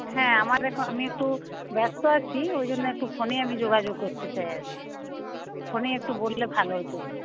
হ্যাঁ আমার এখন আমি একটু ব্যস্ত আছি ওই জন্য একটু ফোনেই আমি যোগাযোগ করতে চাই আর কি ফোনেই একটু বললে ভালো হত